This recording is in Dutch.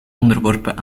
onderworpen